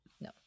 No